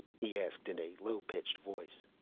he asked in a low-pitched voice.